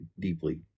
deeply